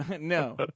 no